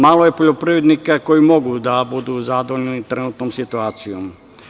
Malo je poljoprivrednika koji mogu da budu zadovoljni trenutnom situacijom.